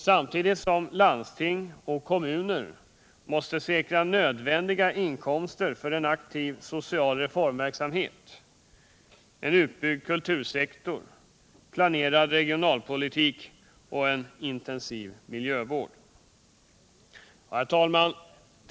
Samtidigt måste landsting och kommuner säkra nödvändiga inkomster för en aktiv social reformverksamhet, utbyggd kultursektor, planerad regionalpolitik och intensiv miljövård. Herr talman!